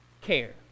care